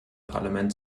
parlament